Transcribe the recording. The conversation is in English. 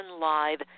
live